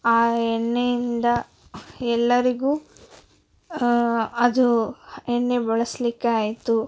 ಆ ಎಣ್ಣೆಯಿಂದ ಎಲ್ಲರಿಗೂ ಅದು ಎಣ್ಣೆ ಬಳಸಲಿಕ್ಕೆ ಆಯಿತು